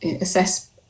assess